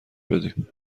بدیم